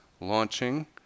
launching